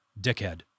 Dickhead